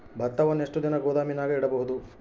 ಭತ್ತವನ್ನು ಎಷ್ಟು ದಿನ ಗೋದಾಮಿನಾಗ ಇಡಬಹುದು?